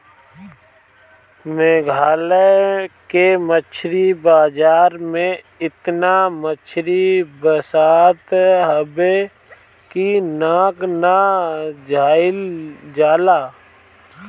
मेघालय के मछरी बाजार में एतना मछरी बसात हवे की नाक ना धइल जाला